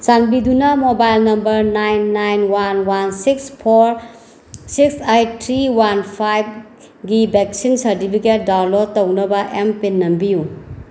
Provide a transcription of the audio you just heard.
ꯆꯥꯟꯕꯤꯗꯨꯅ mobile number nine nine one one six four six eight three one ꯐꯥꯏꯕꯒꯤ vaccine certificate download ꯇꯧꯅꯕ M PIN ꯅꯝꯕꯤꯌꯨ